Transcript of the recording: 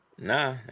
Nah